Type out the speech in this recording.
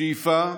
שאיפה,